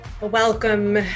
Welcome